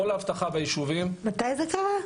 כל האבטחה ביישובים --- מתי זה קרה?